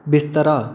ਬਿਸਤਰਾ